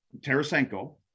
Tarasenko